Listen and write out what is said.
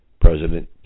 President